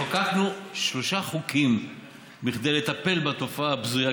חוקקנו שלושה חוקים כדי לטפל בתופעה הבזויה,